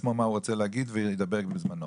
לעצמו מה הוא רוצה להגיד וידבר בזמנו,